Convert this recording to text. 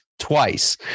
Twice